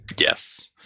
yes